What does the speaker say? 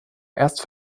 erst